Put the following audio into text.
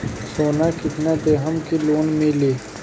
सोना कितना देहम की लोन मिली?